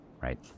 right